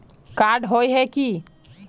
Card होय है की?